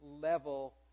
level